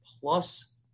plus